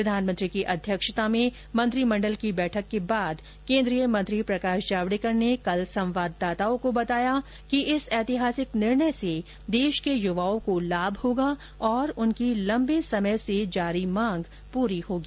प्रधानमंत्री की अध्यक्षता में मंत्रिमंडल की बैठक के बाद केंद्रीय मंत्री प्रकाश जावडेकर ने कल संवादाताओं को बताया कि इस ऐतिहासिक निर्णय से देश के युवाओं को लाभ होगा और उनकी लंबे समय से जारी मांग पूरी होगी